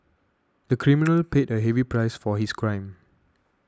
the criminal paid a heavy price for his crime